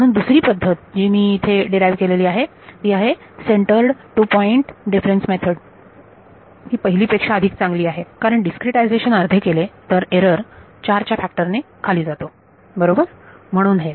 म्हणून दुसरी पद्धत जी मी इथे डीराईव्ह केलेली आहे ती आहे centred two point difference method ती पहीली पेक्षा अधिक चांगली आहे कारण डिस्क्रीटाईझेशन अर्धे केले तर एरर 4 च्या फॅक्टर ने खाली जातो बरोबर म्हणून हे